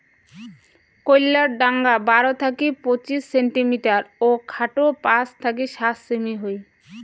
কইল্লার ঢাঙা বারো থাকি পঁচিশ সেন্টিমিটার ও খাটো পাঁচ থাকি সাত সেমি হই